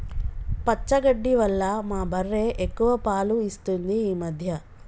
పచ్చగడ్డి వల్ల మా బర్రె ఎక్కువ పాలు ఇస్తుంది ఈ మధ్య